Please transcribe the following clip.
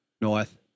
North